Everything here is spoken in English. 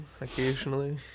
occasionally